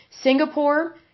Singapore